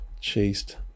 Chased